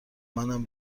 منم